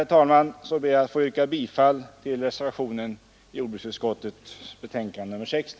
Jag ber med det anförda att få yrka bifall till den reservation som fogats till jordbruksutskottets betänkande nr 60